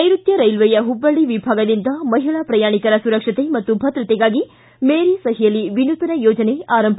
ನೈರುತ್ತ ರೈಲ್ವೆಯ ಹುಬ್ಬಳ್ಳಿ ವಿಭಾಗದಿಂದ ಮಹಿಳಾ ಪ್ರಯಾಣಿಕರ ಸುರಕ್ಷತೆ ಮತ್ತು ಭದ್ರತೆಗಾಗಿ ಮೇರೀ ಸಹೇಲಿ ವಿನೂತನ ಯೋಜನೆ ಆರಂಭ